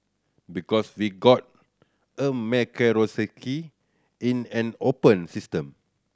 because we got a meritocracy in an open system